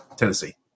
Tennessee